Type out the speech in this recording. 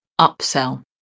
upsell